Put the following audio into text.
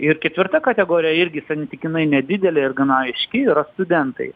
ir ketvirta kategorija irgi santykinai nedidelė ir gana aiški yra studentai